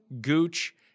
Gooch